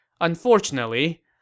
Unfortunately